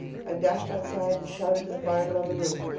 i dashed outside and shouted to the firemen on the roof.